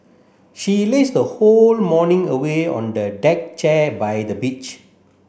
she lazed her whole morning away on the deck chair by the beach